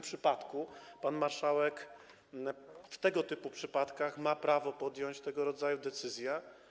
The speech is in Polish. Pan marszałek w tego typu przypadkach ma prawo podjąć tego rodzaju decyzję.